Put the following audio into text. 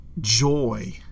joy